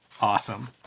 Awesome